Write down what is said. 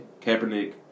Kaepernick